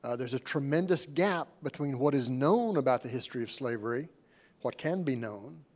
ah there's a tremendous gap between what is known about the history of slavery what can be known,